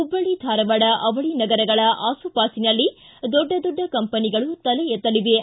ಹುಬ್ದಳ್ಳಿ ಧಾರವಾಡ ಅವಳಿ ನಗರಗಳ ಆಸುಪಾಸಿನಲ್ಲಿ ದೊಡ್ಡ ದೊಡ್ಡ ಕಂಪನಿಗಳು ತಲೆ ಎತ್ತಲಿವೆ